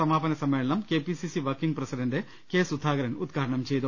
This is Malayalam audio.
സമാപന സമ്മേളനം K P C C working president K Sudhakaran ഉദ്ഘാടനം ചെയ്തു